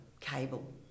cable